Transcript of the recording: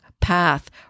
path